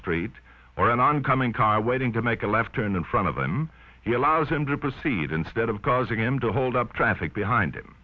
street or an oncoming car waiting to make a left turn in front of them he allows them to proceed instead of causing him to hold up traffic behind him